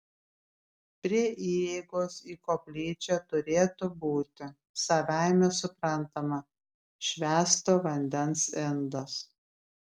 prie įeigos į koplyčią turėtų būti savaime suprantama švęsto vandens indas